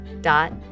dot